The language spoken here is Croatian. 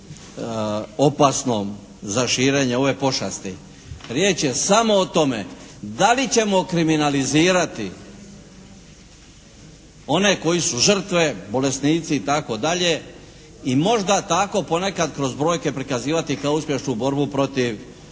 opasnom za širenje ove pošasti. Riječ je samo o tome da li ćemo kriminalizirati one koji su žrtve, bolesnici itd. i možda tako ponekad kroz brojke prikazivati kao uspješnu borbu protiv narkomanije.